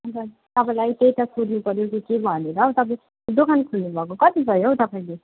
अन्त तपाईँलाई त्यही त सोध्नुपर्यो कि भनेर तपाईँ दोकान खोल्नुभएको कति भयो हौ तपाईँले